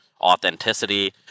authenticity